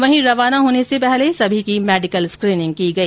वहीं रवाना होने से पहले सभी की मेडिकल स्क्रीनिंग की गई